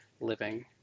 living